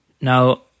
now